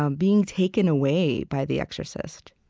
um being taken away by the exorcist